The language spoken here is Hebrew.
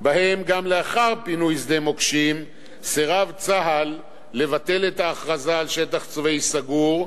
ביטול ההכרזה על השדה כשדה מוקשים וכשטח צבאי סגור,